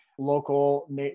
local